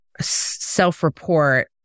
self-report